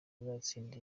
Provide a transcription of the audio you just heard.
azatsinda